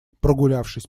прогулявшись